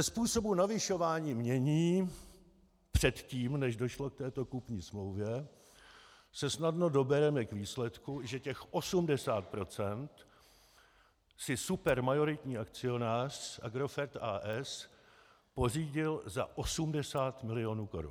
Ze způsobu navyšování jmění předtím, než došlo k této kupní smlouvě, se snadno dobereme k výsledku, že těch 80 % si supermajoritní akcionář Agrofert, a.s., pořídil za 80 milionů korun.